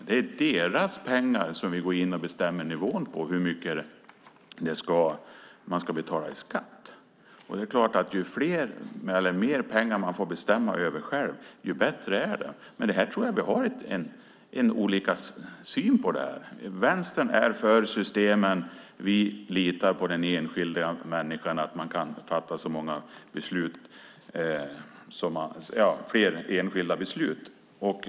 Det är deras pengar som vi bestämmer nivån på när vi bestämmer hur mycket de ska betala i skatt. Ju mer pengar som människor får bestämma över själva, desto bättre är det. Här tror jag att vi har olika syn. Vänstern är för systemen, och vi litar på att den enskilda människan kan fatta fler enskilda beslut.